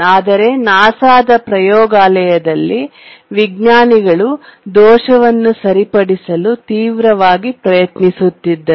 ಆದರೆ ನಾಸಾದ ಪ್ರಯೋಗಾಲಯದಲ್ಲಿ ವಿಜ್ಞಾನಿಗಳು ದೋಷವನ್ನು ಸರಿಪಡಿಸಲು ತೀವ್ರವಾಗಿ ಪ್ರಯತ್ನಿಸುತ್ತಿದ್ದರು